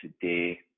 today